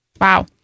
Wow